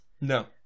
No